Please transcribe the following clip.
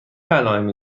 علائمی